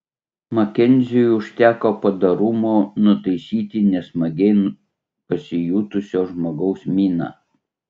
makenziui užteko padorumo nutaisyti nesmagiai pasijutusio žmogaus miną